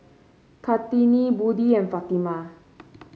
Kartini Budi and Fatimah